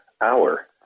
hour